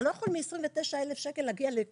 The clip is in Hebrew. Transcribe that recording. אתה לא יכול מ-29,000 שקל להגיע לכמעט